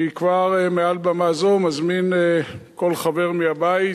מעל במה זו אני כבר מזמין כל חבר מהבית